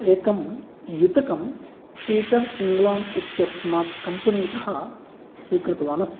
एकं युतकं Peter England इत्यस्मात् कम्पनितः स्वीकृतवान् अस्मि